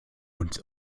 uns